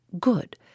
Good